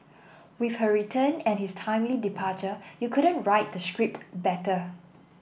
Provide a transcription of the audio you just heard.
with her return and his timely departure you couldn't write the script better